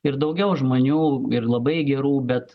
ir daugiau žmonių ir labai gerų bet